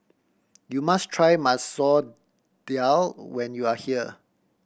you must try Masoor Dal when you are here